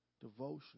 devotion